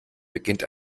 beginnt